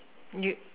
you